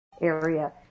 area